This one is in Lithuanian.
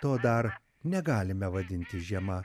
to dar negalime vadinti žiema